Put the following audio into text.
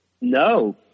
No